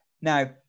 now